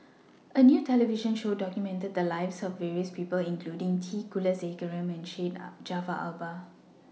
A New television Show documented The Lives of various People including T Kulasekaram and Syed Jaafar Albar